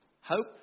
hope